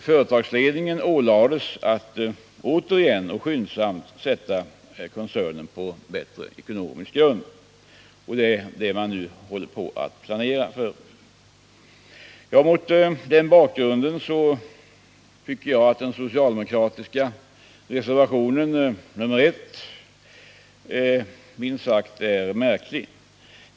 Företagsledningen ålades att återigen — och skyndsamt — sätta koncernen på bättre ekonomisk grund. Och det är det man nu håller på att planera för. Mot denna bakgrund tycker jag att den socialdemokratiska reservationen nr I minst sagt är märklig.